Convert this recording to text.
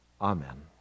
Amen